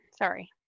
Sorry